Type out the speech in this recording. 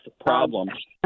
problems